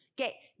Okay